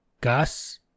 Gus